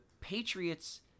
Patriots